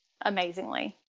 amazingly